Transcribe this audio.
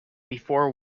before